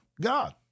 God